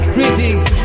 Greetings